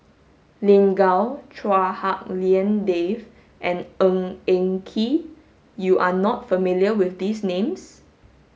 Lin Gao Chua Hak Lien Dave and Ng Eng Kee you are not familiar with these names